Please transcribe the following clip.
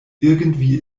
irgendwie